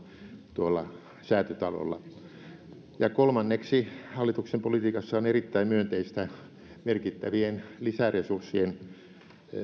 tuolla säätytalolla kolmanneksi hallituksen politiikassa on erittäin myönteistä merkittävien lisäresurssien